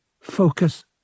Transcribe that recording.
Focus